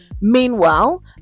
meanwhile